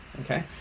Okay